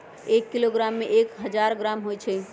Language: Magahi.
एक किलोग्राम में एक हजार ग्राम होई छई